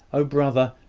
oh, brother,